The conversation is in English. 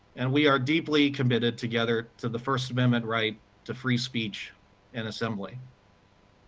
and, we are deeply committed together to the first amendment right to free speech and assembly.